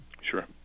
Sure